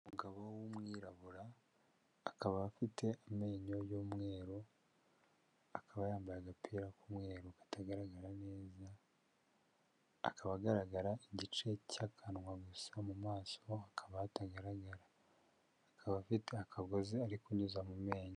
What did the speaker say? Umugabo w'umwirabura akaba afite amenyo y'umweru, akaba yambaye agapira k'umweru katagaragara neza, akaba agaragara igice cy'akanwa gusa, mu maso hakaba hatagaragara, akaba afite akagozi ari kunyuza mu menyo.